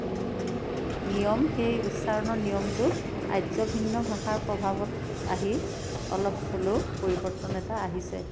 নিয়ম সেই উচ্চাৰণৰ নিয়মটো আৰ্যভিন্ন ভাষাৰ প্ৰভাৱত আহি অলপ হ'লেও পৰিৱৰ্তন এটা আহিছে